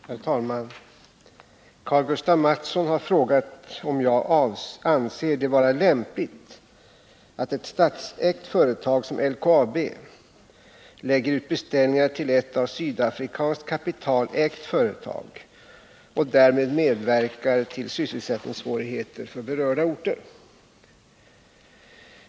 Herr talman! Karl-Gustaf Mathsson har frågat om jag anser det vara lämpligt att ett statsägt företag som LKAB lägger ut beställningar till ett av sydafrikanskt kapital ägt företag och därmed medverkar till sysselsättningssvårigheter för berörda orter.